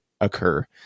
occur